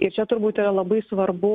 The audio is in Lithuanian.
ir čia turbūt yra labai svarbu